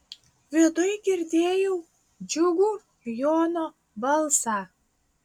viduj girdėjau džiugų jono balsą